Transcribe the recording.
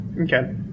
Okay